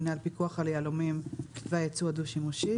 מינהל הפיקוח על היהלומים והייצוא הדו-שימושי.